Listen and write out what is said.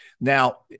Now